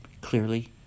clearly